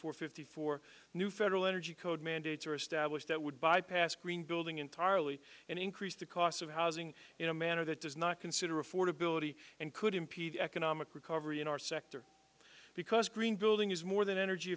four fifty four new federal energy code mandates are established that would bypass green building entirely and increase the cost of housing in a manner that does not consider affordability and could impede economic recovery in our sector because green building is more than energy